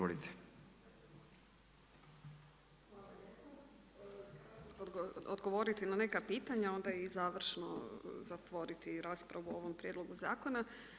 odgovoriti na neka pitanja onda i završno zatvoriti raspravu o ovom prijedlogu zakona.